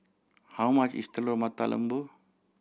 how much is Telur Mata Lembu